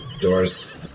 doors